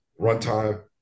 runtime